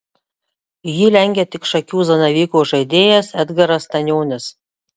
jį lenkia tik šakių zanavyko žaidėjas edgaras stanionis